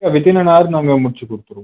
within one hour நாங்கள் முடிச்சி கொடுத்துருவோம்